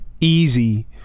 easy